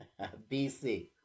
BC